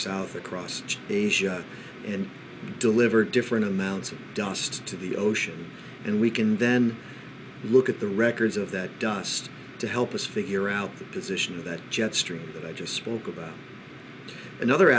south across asia and deliver different amounts of dust to the ocean and we can then look at the records of that dust to help us figure out the position of that jet stream that i just spoke about another